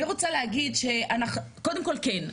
אני רוצה להגיד, שקודם כל, כן.